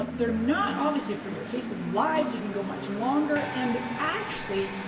they're not obviously for your facebook lives, you can go much longer. and actually,